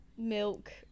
Milk